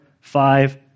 five